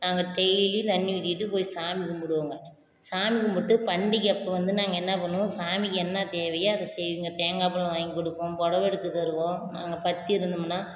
நாங்கள் டெய்லியும் தண்ணி ஊற்றிக்கிட்டு போய் சாமி கும்பிடுவோங்க சாமி கும்பிட்டு பண்டிகை அப்போ வந்து நாங்கள் என்ன பண்ணுவோம் சாமிக்கு என்ன தேவையோ அதை செய்வோங்க தேங்காய் பழம் வாங்கி கொடுப்போம் பொடவை எடுத்து தருவோம் நாங்கள் பத்தி இருந்தோமுன்னா